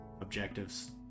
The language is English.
Objectives